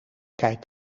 kijk